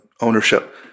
ownership